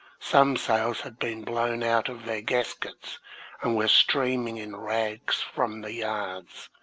some sails had been blown out of their gaskets and were streaming in rags from the yards.